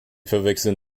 verwechseln